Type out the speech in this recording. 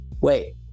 Wait